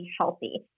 healthy